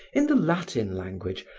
in the latin language,